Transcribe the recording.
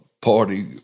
party